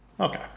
Okay